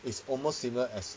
is almost similar as